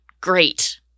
great